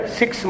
six